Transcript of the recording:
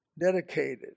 dedicated